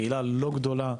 קהילה לא גדולה,